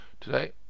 today